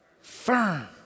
Firm